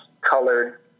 colored